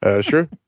sure